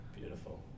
Beautiful